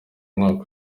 umwaka